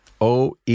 OE